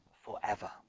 forever